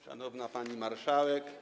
Szanowna Pani Marszałek!